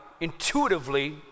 intuitively